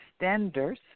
extenders